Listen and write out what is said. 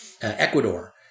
Ecuador